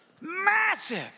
Massive